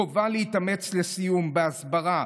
חובה להתאמץ בהסברה,